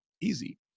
easy